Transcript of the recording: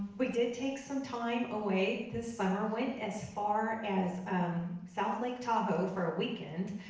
we did take some time away, this summer, went as far as south lake, tahoe for a weekend,